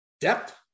depth